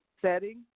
setting